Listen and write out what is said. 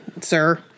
sir